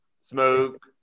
Smoke